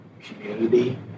community